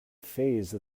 phase